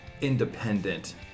independent